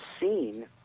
seen